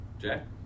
Jack